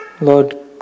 Lord